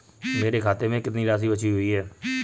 मेरे खाते में कितनी राशि बची हुई है?